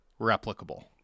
replicable